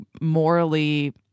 morally